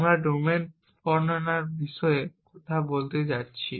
আমরা ডোমেন বর্ণনার বিষয়ে কথা বলতে যাচ্ছি